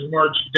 March